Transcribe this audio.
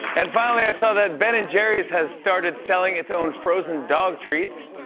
and finally, i saw that ben and jerry's has started selling its own frozen dog treats.